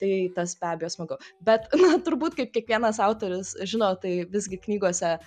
tai tas be abejo smagu bet na turbūt kaip kiekvienas autorius žino tai visgi knygose